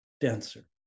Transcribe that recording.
dancer